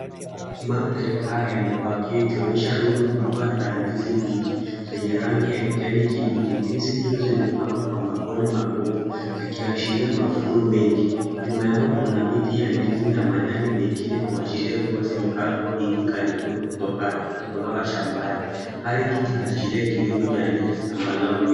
Mandhari haya yamepakiwa ikionyesha rundo kubwa la ndizi mbichi zenye rangi ya kijani kibichi. Ndizi hizo zimepangwa kwa makundi makubwa zikiashiria mavuno mengi. Nyuma yao kuna miti ya ndizi na majani mengine kuashiria kuwa zimekatwa hivi karibuni kutoka shambani. Hali hii inaashiria kilimo cha ndizi.